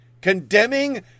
condemning